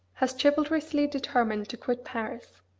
has chivalrously determined to quit paris.